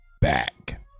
back